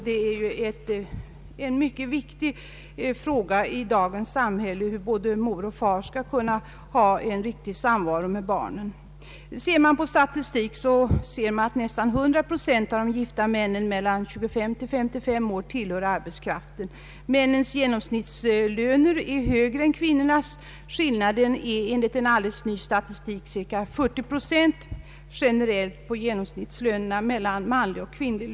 Det är ju i dagens samhälle en mycket vik Om åtgärder mot könsdiskriminering tig fråga hur både mor och far skall kunna ha en riktig samvaro med barnen. Statistiskt sett tillhör nästan hundra procent av de gifta männen mellan 25 och 55 år arbetskraften. Männens genomsnittslön är högre än kvinnornas. Enligt en alldeles ny statistik uppgår skillnaden till 40 procent, beräknad generellt på genomsnittslönerna för män och kvinnor.